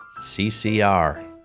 CCR